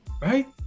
Right